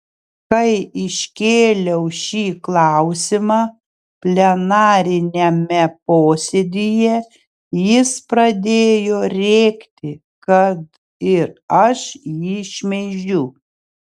kai iškėliau šį klausimą plenariniame posėdyje jis pradėjo rėkti kad ir aš jį šmeižiu